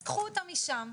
אז קחו אותן משם,